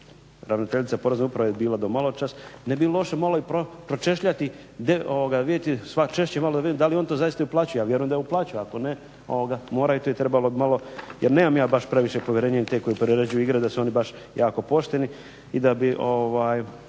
ravnateljica Porezne uprave je bila do maločas, ne bi bilo loše malo i pročešljati, češće malo da vidimo da li oni to zaista i uplaćuju. Ja vjerujem da uplaćuju, ako ne moraju i to bi trebalo malo, jer nemam ja baš previše povjerenja u te koji priređuju igre da su oni baš jako pošteni i da bi